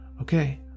Okay